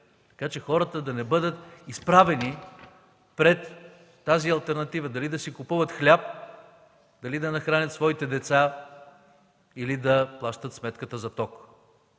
така че хората да не бъдат изправени пред алтернативата дали да си купуват хляб, дали да нахранят своите деца или да плащат сметката за ток.